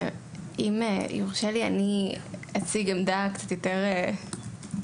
אם יורשה לי, אני אציג עמדה בסמן קצת יותר ימני.